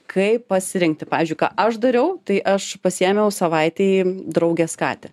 kaip pasirinkti pavyzdžiui ką aš dariau tai aš pasiėmiau savaitei draugės katę